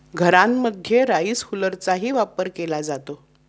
घरांमध्ये राईस हुलरचाही वापर केला जातो